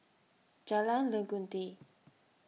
Jalan Legundi